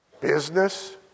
business